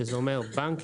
שזה אומר בנקים,